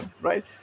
right